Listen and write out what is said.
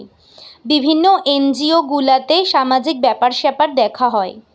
বিভিন্ন এনজিও গুলাতে সামাজিক ব্যাপার স্যাপার দেখা হয়